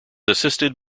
assisted